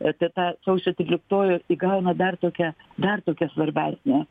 ta ta sausio tryliktoji jos įgauna dar tokia dar tokia svarbesnė